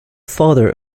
father